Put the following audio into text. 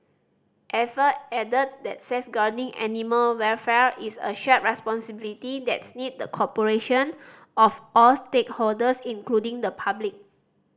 Ava added that safeguarding animal welfare is a shared responsibility that needs the cooperation of all stakeholders including the public